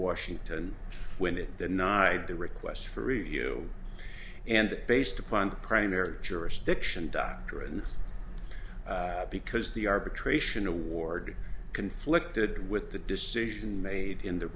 washington when it the night the request for review and based upon the primary jurisdiction doctrine because the arbitration award conflicted with the decision made in the